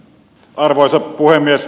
arvoisa puhemies